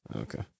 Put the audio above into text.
Okay